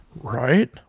right